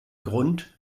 grund